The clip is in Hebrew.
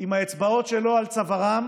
עם האצבעות שלו על צווארם,